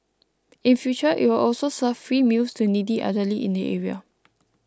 in future it will also serve free meals to needy elderly in the area